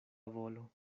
volo